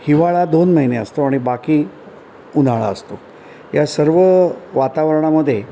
हिवाळा दोन महिने असतो आणि बाकी उन्हाळा असतो या सर्व वातावरणामध्ये